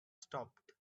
stopped